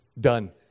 done